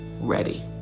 ready